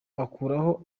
akuraho